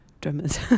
drummers